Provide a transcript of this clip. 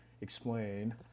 explain